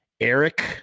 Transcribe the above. Eric